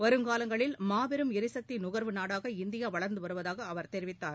வருங்காலங்களில் மாபெரும் எரிசக்தி நுகர்வு நாடாக இந்தியா வளர்ந்து வருவதாக அவர் தெரிவித்தார்